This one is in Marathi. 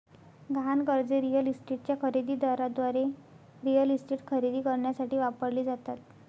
गहाण कर्जे रिअल इस्टेटच्या खरेदी दाराद्वारे रिअल इस्टेट खरेदी करण्यासाठी वापरली जातात